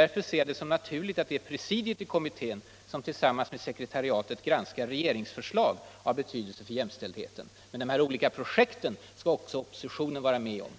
Jag ser det som naturligt att det är presidiet i kommittén som tillsammans med sekretariatet skall granska regeringsförslag av betydelse för jämställdheten. Men de olika projekten skall i fortsättningen också oppositionen vara med om